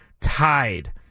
tied